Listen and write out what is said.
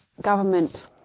government